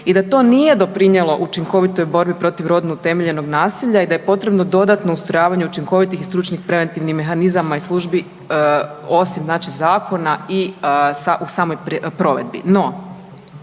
i da to nije doprinijelo učinkovitoj borbi protiv rodno utemeljenog nasilja i da je potrebno dodatno ustrojavanje učinkovitih i stručnih preventivnih mehanizama i službi, osim znači zakona i u samoj provedbi.